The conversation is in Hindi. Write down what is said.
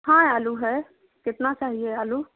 हाँ आलू है कितना चाहिए आलू